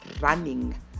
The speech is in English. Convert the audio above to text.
running